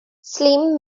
slim